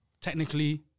technically